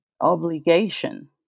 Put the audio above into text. obligation